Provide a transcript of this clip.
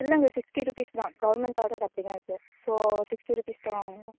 இல்லைங்க sixty rupees தான் government order அப்படிதான் இருக்குது ஸோ சிக்ஸ்டி ரூபீஸ் தான் வாங்குவோம்